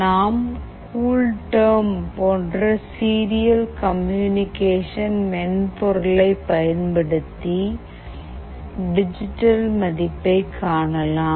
நாம் கூல்டெர்ம் போன்ற serial communication மென்பொருளை பயன்படுத்தி டிஜிட்டல் மதிப்பைக் காணலாம்